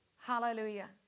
hallelujah